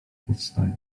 powstając